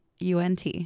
UNT